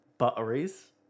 Butteries